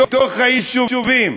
בתוך היישובים,